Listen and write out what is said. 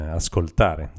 ascoltare